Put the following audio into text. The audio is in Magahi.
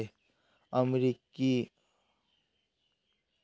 अमेरिकन एक्सप्रेस प्रीपेड कार्डेर भुगतान प्रक्रिया थोरा अलग छेक